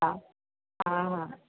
हा हा हा